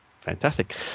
fantastic